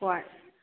ꯍꯣꯏ